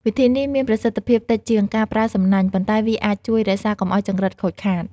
វិធីនេះមានប្រសិទ្ធភាពតិចជាងការប្រើសំណាញ់ ប៉ុន្តែវាអាចជួយរក្សាកុំឲ្យចង្រិតខូចខាត។